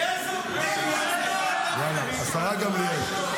יאללה, השרה גמליאל.